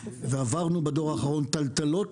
ועברנו בדור האחרון טלטלות,